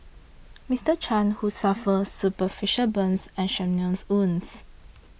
Mister Chan who suffered superficial burns and shrapnel wounds